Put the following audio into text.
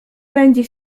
będzie